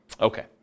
Okay